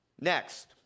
Next